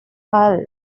hull